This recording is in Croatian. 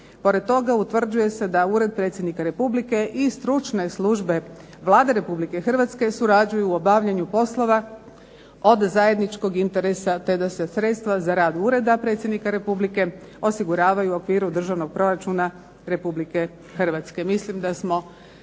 Pored toga utvrđuje se da Ured Predsjednika Republike i stručne službe Vlade Republike Hrvatske surađuju u obavljanju poslova od zajedničkog interesa, te da se sredstva za rad ureda Predsjednika Republike osiguravaju u okviru državnog proračuna Republike Hrvatske.